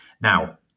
Now